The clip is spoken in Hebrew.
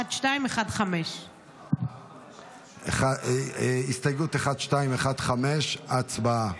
1215. הסתייגות 1215, הצבעה.